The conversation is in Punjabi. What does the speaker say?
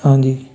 ਹਾਂਜੀ